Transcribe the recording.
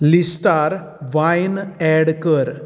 लिस्टार वायन ऐड कर